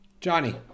Johnny